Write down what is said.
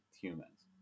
humans